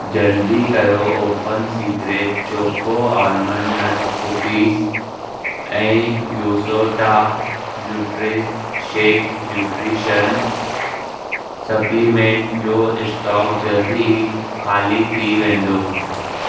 जल्दी कयो open secret choco almond nut cookies ऐं योसोटा न्यूट्रीशेक न्यूट्रीशियन सप्पलीमेंट जो स्टॉक जल्द ई खाली थी वेंदो